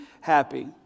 happy